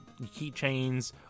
keychains